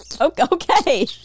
okay